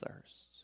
thirsts